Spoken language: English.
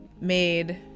made